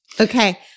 Okay